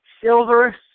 silver